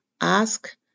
Ask